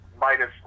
minus